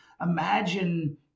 Imagine